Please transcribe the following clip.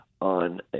on